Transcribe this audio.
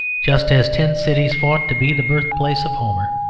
just as ten cities fought to be the birthplace of homer.